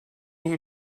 you